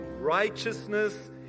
righteousness